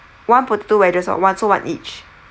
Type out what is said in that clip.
one potato wedges or one so one each